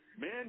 man